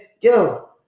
yo